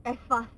as fast